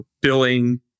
billing